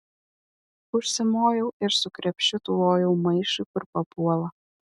užsimojau ir su krepšiu tvojau maišui kur papuola